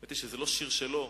למען האמת זה לא שיר שלו,